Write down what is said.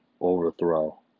overthrow